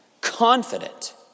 confident